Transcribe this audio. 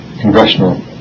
congressional